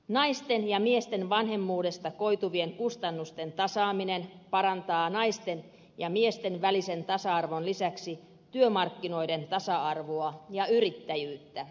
naisten ja miesten vanhemmuudesta koituvien kustannusten tasaaminen parantaa naisten ja miesten välisen tasa arvon lisäksi työmarkkinoiden tasa arvoa ja yrittäjyyttä